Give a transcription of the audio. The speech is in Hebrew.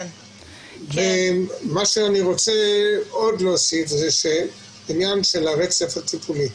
אני רוצה עוד להוסיף את העניין של הרצף הטיפולי.